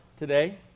Today